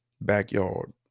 backyard